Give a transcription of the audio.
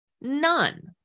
none